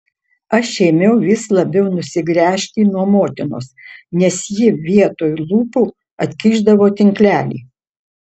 aš ėmiau vis labiau nusigręžti nuo motinos nes ji vietoj lūpų atkišdavo tinklelį